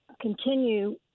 continue